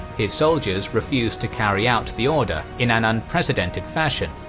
his soldiers refused to carry out the order in an unprecedented fashion.